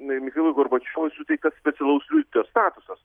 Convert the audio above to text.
michailui gorbačiovui suteiktas specialaus liudytojo statusas